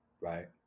right